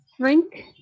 drink